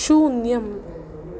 शून्यम्